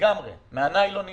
מהניילונים